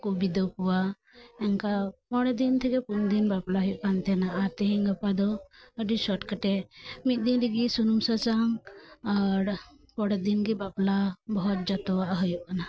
ᱠᱚ ᱵᱤᱫᱟᱹᱭ ᱠᱚᱣᱟ ᱚᱱᱠᱟ ᱢᱚᱬᱮ ᱫᱤᱱ ᱛᱷᱮᱠᱮ ᱯᱩᱱ ᱫᱤᱱ ᱵᱟᱯᱞᱟ ᱦᱩᱭᱩᱜ ᱠᱟᱱ ᱛᱟᱦᱮᱸᱱᱟ ᱟᱨ ᱛᱤᱦᱤᱧ ᱜᱟᱯᱟ ᱫᱚ ᱟᱰᱤ ᱥᱚᱴ ᱠᱟᱴᱮ ᱢᱤᱜᱫᱤᱱ ᱨᱮᱜᱮ ᱥᱩᱱᱩᱢ ᱥᱟᱥᱟᱝ ᱟᱨ ᱯᱚᱨᱮ ᱫᱤᱱ ᱜᱮ ᱵᱟᱯᱞᱟ ᱵᱟᱦᱩᱣᱟᱜ ᱡᱚᱛᱚᱣᱟᱜ ᱜᱮ ᱦᱩᱭᱩᱜ ᱠᱟᱱᱟ